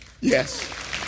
Yes